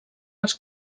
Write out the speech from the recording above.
els